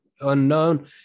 unknown